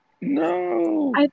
No